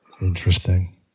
Interesting